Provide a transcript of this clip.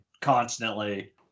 constantly